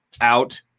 out